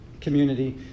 community